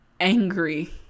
angry